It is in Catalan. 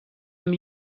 amb